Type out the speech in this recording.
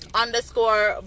underscore